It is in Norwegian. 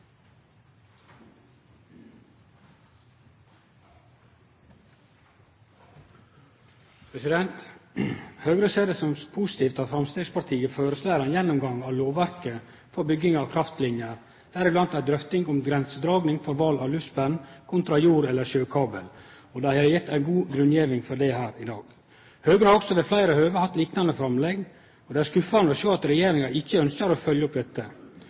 Høgre ser det som positivt at Framstegspartiet føreslår ein gjennomgang av lovverket for bygging av kraftlinjer, deriblant ei drøfting om grensedraging for val av luftspenn kontra jord- eller sjøkabel. Dei har gitt ei god grunngjeving for det her i dag. Høgre har også ved fleire høve hatt liknande framlegg, og det er skuffande å sjå at regjeringa ikkje ønskjer å følgje opp dette.